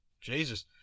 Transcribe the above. Jesus